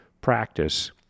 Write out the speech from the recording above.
practice